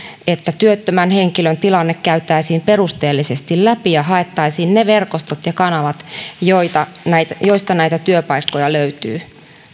että työttömän henkilön tilanne käytäisiin perusteellisesti läpi ja haettaisiin ne verkostot ja kanavat joista näitä työpaikkoja löytyy